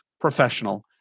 professional